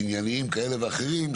קנייניים כאלה ואחרים,